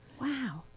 Wow